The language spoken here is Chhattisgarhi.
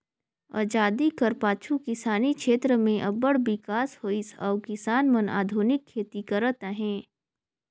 अजादी कर पाछू किसानी छेत्र में अब्बड़ बिकास होइस अउ किसान मन आधुनिक खेती करत अहें